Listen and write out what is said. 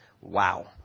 Wow